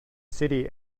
city